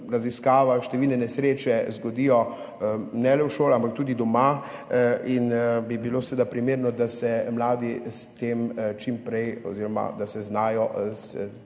raziskavah številne nesreče zgodijo ne le v šoli, ampak tudi doma, zato bi bilo primerno, da se mladi s tem čim prej [seznanijo] oziroma da se znajo